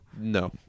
No